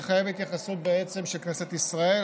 מחייב התייחסות של כנסת ישראל.